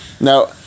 Now